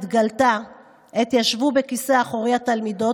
התגלתה עת בכיסא אחורי ישבו התלמידות,